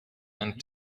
ein